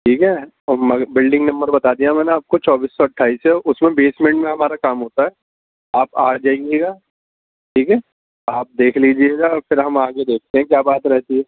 ٹھیک ہے اور بلڈنگ نمبر بتا دیا ہے میں نے آپ کو چوبیس سو اٹھائیس ہے اس میں بیسمنٹ میں ہمارا کام ہوتا ہے آپ آ جائیے گا ٹھیک ہے آپ دیکھ لیجیے گا اور پھر ہم آگے دیکھتے ہیں کیا بات رہتی ہے